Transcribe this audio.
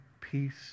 peace